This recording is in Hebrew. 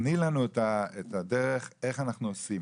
תני לנו את הדרך איך אנחנו עושים